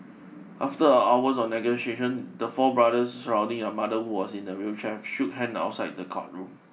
after hours of negotiation the four brothers surrounding on mother who was in a wheelchair shook hand outside the courtroom